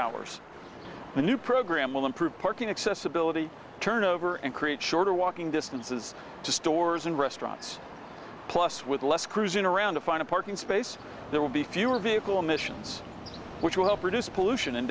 the new program will improve parking accessability turnover and create shorter walking distances to stores and restaurants plus with less cruising around to find a parking space there will be fewer vehicle emissions which will help reduce pollution in